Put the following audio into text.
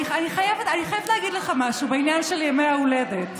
אני חייבת להגיד לך משהו בעניין של ימי ההולדת.